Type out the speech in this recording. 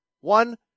One